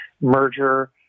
merger